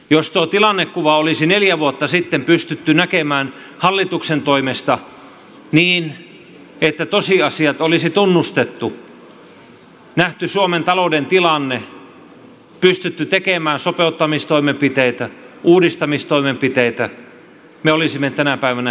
jos tuo tilannekuva olisi neljä vuotta sitten pystytty näkemään hallituksen toimesta niin että tosiasiat olisi tunnustettu nähty suomen talouden tilanne pystytty tekemään sopeuttamistoimenpiteitä uudistamistoimenpiteitä me olisimme tänä päivänä helpommassa tilanteessa